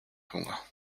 hunger